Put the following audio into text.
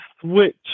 switch